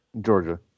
Georgia